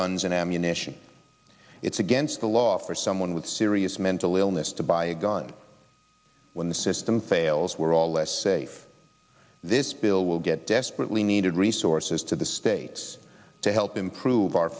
guns and ammunition it's against the law for someone with serious mental illness to buy a gun when the system fails we're all less safe this bill will get desperately needed resources to the states to help improve our